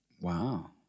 Wow